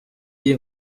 iyi